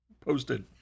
posted